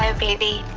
ah baby,